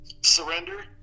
Surrender